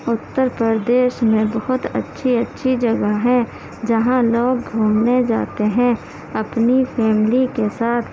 اتر پردیش میں بہت اچھی اچھی جگہ ہیں جہاں لوگ گھومنے جاتے ہیں اپنی فیملی کے ساتھ